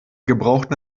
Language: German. gebrauchten